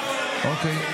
אוה, אוה, אוקיי.